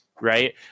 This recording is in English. right